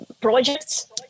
projects